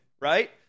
right